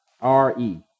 R-E